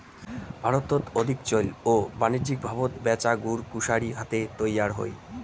ভারতত অধিক চৈল ও বাণিজ্যিকভাবত ব্যাচা গুড় কুশারি হাতে তৈয়ার হই